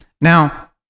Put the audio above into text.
now